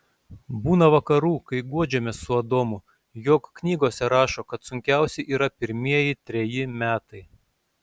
būna vakarų kai guodžiamės su adomu jog knygose rašo kad sunkiausi yra pirmieji treji metai